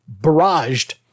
barraged